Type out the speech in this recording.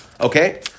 Okay